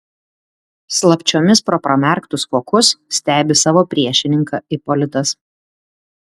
slapčiomis pro pramerktus vokus stebi savo priešininką ipolitas